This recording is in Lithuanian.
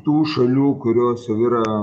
tų šalių kurios jau yra